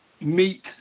meet